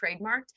trademarked